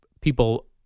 people